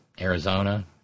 Arizona